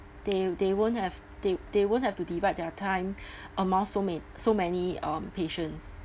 they they won't have they they won't have to divide their time among so ma~ so many um patients